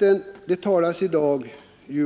Man talar i dag om att vi